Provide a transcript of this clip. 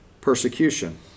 persecution